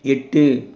எட்டு